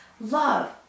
Love